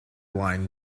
wine